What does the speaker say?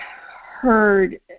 heard